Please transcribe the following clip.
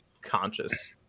conscious